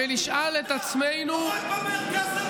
אחדות ואברכים.